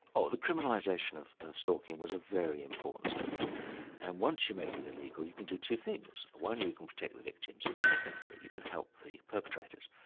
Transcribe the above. oh the criminalisation of of stalking was a very important step forward, and once you make it illegal you can do two things. one, you can protect the victims, and secondly you can help the perpetrators,